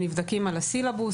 הם נבדקים על הסילבוס,